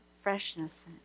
freshness